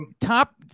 top